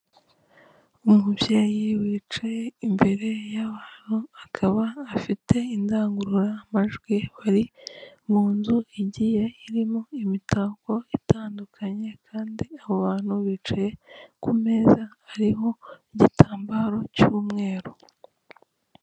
Ni umubyeyi wicaye imbere y'abantu akaba afite indangururamajwi bari mu nzu igiye irimo imitako itandukanye kandi abo bantu bicaye ku meza ariho igitambaro cy'umweru.